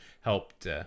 helped